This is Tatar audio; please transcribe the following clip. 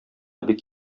бик